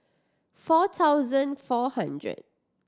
four thousand four hundred